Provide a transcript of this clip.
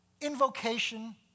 Invocation